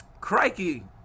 crikey